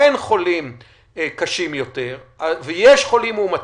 אין חולים קשים יותר ויש חולים מאומתים,